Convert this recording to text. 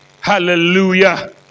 Hallelujah